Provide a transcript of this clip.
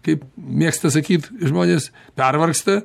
kaip mėgsta sakyt žmonės pervargsta